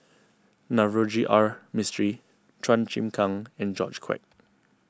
Navroji R Mistri Chua Chim Kang and George Quek